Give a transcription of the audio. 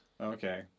Okay